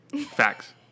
Facts